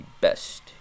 best